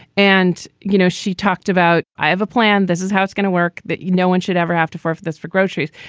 and, you know, she talked about, i have a plan. this is how it's going to work that no one should ever have to forfeit this for groceries.